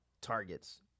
targets